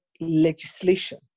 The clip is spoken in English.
legislation